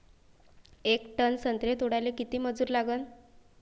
येक टन संत्रे तोडाले किती मजूर लागन?